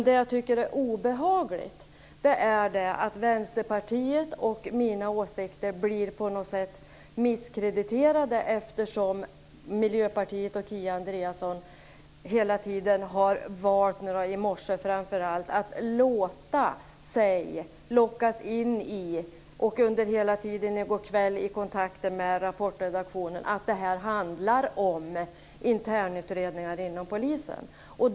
Det jag tycker är obehagligt är att Vänsterpartiets och mina åsikter på något sätt blir misskrediterade eftersom Miljöpartiet och Kia Andreasson hela tiden har valt, framför allt nu i morse, att låta sig lockas in i, också under hela tiden i går kväll i kontakter med Rapportredaktionen, att det här skulle handla om internutredningar inom polisen.